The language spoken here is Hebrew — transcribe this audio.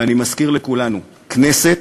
ואני מזכיר לכולנו, הכנסת,